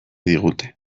digute